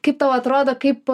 kaip tau atrodo kaip